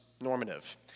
normative